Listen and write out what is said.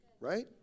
Right